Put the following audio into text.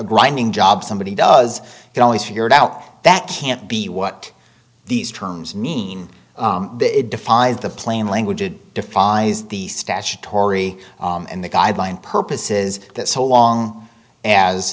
grinding job somebody does it always figured out that can't be what these terms mean it defies the plain language it defies the statutory and the guideline purposes that so long as